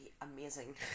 amazing